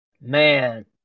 man